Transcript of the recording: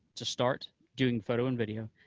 to start doing photo and video,